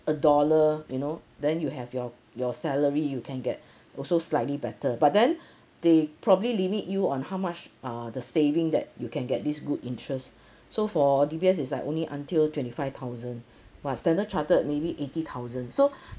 a dollar you know then you have your your salary you can get also slightly better but then they probably limit you on how much uh the saving that you can get this good interest so for D_B_S is like only until twenty five thousand while standard chartered maybe eighty thousand so